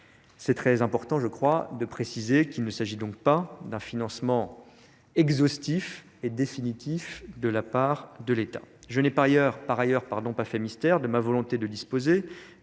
c'est très important je crois de préciser qu'il ne s'agit donc pas d'un financement exhaustif et définitif de la part de l'état. Je n'ai d'ailleurs par ailleurs, pardon, pas fait mystère de ma volonté de disposer